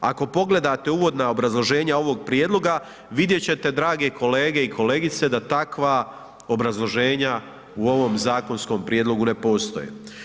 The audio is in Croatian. Ako pogledate uvodna obrazloženja ovog prijedloga, vidjet ćete drage kolege i kolegice da takva obrazloženja u ovom zakonskom prijedlogu ne postoje.